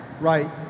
Right